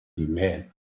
amen